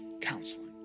counseling